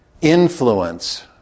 influence